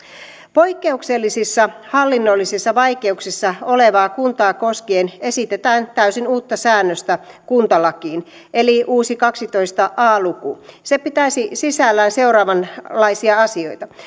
poikkeuksellisissa hallinnollisissa vaikeuksissa olevaa kuntaa koskien esitetään täysin uutta säännöstä kuntalakiin eli uusi kaksitoista a luku se pitäisi sisällään seuraavanlaisia asioita